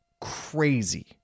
crazy